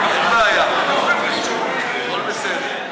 בעיה, הכול בסדר.